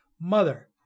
Mother